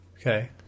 Okay